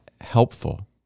helpful